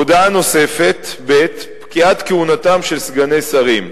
הודעה נוספת: פקיעת כהונתם של סגני שרים.